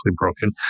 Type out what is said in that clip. broken